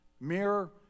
Mirror